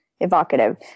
evocative